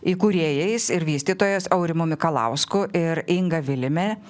įkūrėjais ir vystytojais aurimu mikalausku ir inga vilimi